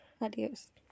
Adios